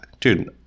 dude